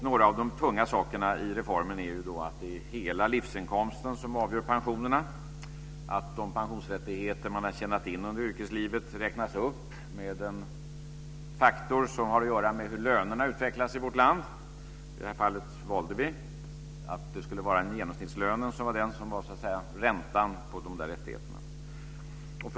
Några av de tunga sakerna är att det är hela livsinkomsten som avgör pensionerna och att de pensionsrättigheter man har tjänat in under yrkeslivet räknas upp med en faktor som har att göra med hur lönerna utvecklas i vårt land. I detta fall valde vi att det skulle vara genomsnittslönen som var den som var räntan på de rättigheterna.